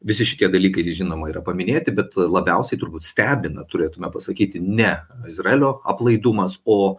visi šitie dalykai žinoma yra paminėti bet labiausiai turbūt stebina turėtumėme pasakyti ne izraelio aplaidumas o